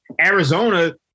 Arizona